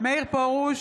מאיר פרוש,